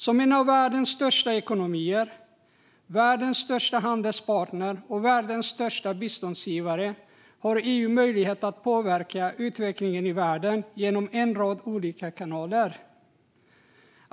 Som en av världens största ekonomier, världens största handelspartner och världens största biståndsgivare har EU möjlighet att påverka utvecklingen i världen genom en rad olika kanaler.